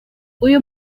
uyu